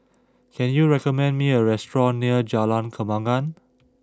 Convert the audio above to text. can you recommend me a restaurant near Jalan Kembangan